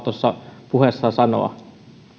tuossa puheessaan sanoa